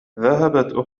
ذهبت